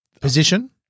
Position